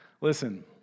Listen